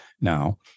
now